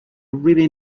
really